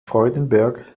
freudenberg